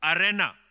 arena